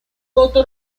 voto